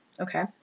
Okay